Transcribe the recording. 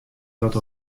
dat